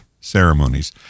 ceremonies